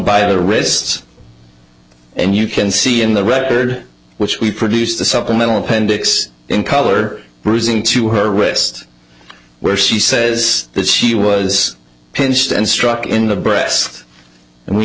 by the wrists and you can see in the record which we produced the supplemental appendix in color bruising to her wrist where she says that she was pinched and struck in the breast and we